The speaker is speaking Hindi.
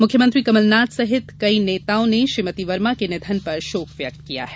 मुख्यमंत्री कमलनाथ सहित कई नेताओं ने श्रीमति वर्मा के निधन पर शोक व्यक्त किया है